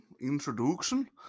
introduction